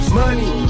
money